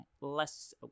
less